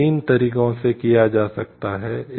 3 तरीकों से किया जा सकता है